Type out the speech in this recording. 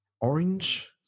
orange